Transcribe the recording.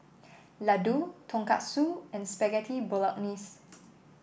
Ladoo Tonkatsu and Spaghetti Bolognese